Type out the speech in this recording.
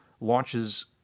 launches